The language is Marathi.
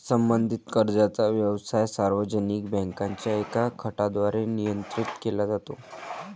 संबंधित कर्जाचा व्यवसाय सार्वजनिक बँकांच्या एका गटाद्वारे नियंत्रित केला जातो